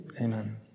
Amen